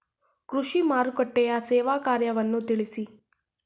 ಕೃಷಿ ಮಾರುಕಟ್ಟೆಯ ಸೇವಾ ಕಾರ್ಯವನ್ನು ತಿಳಿಸಿ?